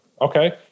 okay